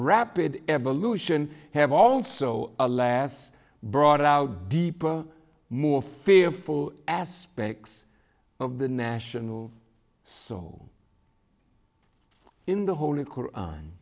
rapid evolution have also alas brought out deeper more fearful aspects of the national soul in the hol